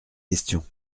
question